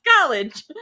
college